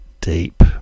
deep